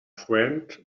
friend